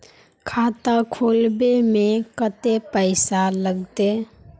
खाता खोलबे में कते पैसा लगते?